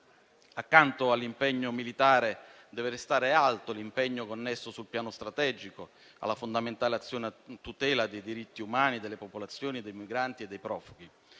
Accanto all'impegno militare, deve restare alto quello connesso sul piano strategico alla fondamentale azione a tutela dei diritti umani delle popolazioni, dei migranti e dei profughi,